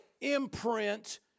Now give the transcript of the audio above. imprint